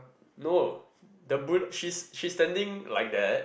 no the bull~ she's she's standing like that